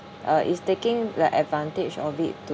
uh is taking the advantage of it